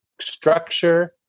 structure